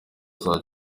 saa